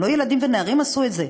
לא ילדים ונערים עשו את זה,